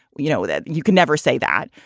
you know that you can never say that.